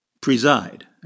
preside